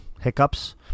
hiccups